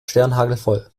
sternhagelvoll